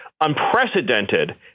unprecedented